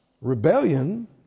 rebellion